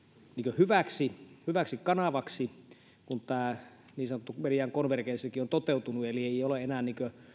hyväksi hyväksi kanavaksi kun tämä niin sanottu mediakonvergenssikin on toteutunut eli ei ole enää